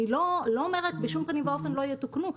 אני לא אומרת בשום פנים ואופן לא יתוקנו,